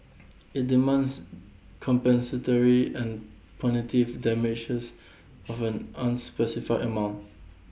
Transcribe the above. IT demands compensatory and punitive damages of an unspecified amount